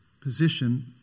position